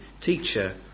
Teacher